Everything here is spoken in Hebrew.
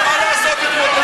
לעשות.